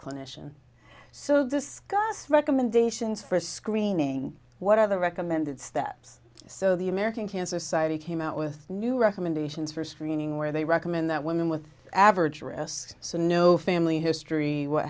clinician so discuss recommendations for screening what are the recommended steps so the american cancer society came out with new recommendations for screening where they recommend that women with average risk so no family history what